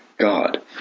God